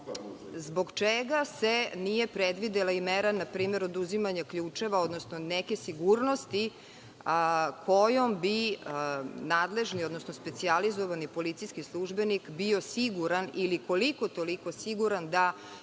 zbog čega se nije predvidela mera npr. oduzimanja ključeva, odnosno neke sigurnosti kojom bi nadležni, odnosno specijalizovani policijski službenik bio siguran ili koliko, toliko siguran da